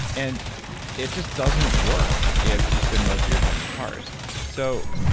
and it just doesn't work if you spend most of your time in cars so,